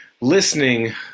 listening